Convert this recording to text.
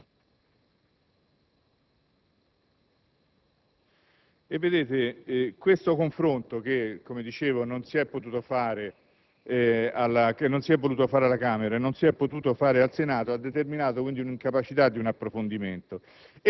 colleghi, questo confronto, che, come dicevo, non si è voluto fare alla Camera e non si è potuto fare al Senato, ha determinato un'incapacità di un approfondimento